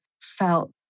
felt